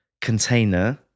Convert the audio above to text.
container